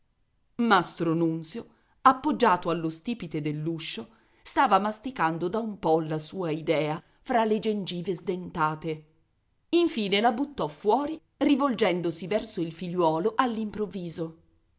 nunzio appoggiato allo stipite dell'uscio stava masticando da un po la sua idea fra le gengive sdentate infine la buttò fuori rivolgendosi verso il figliuolo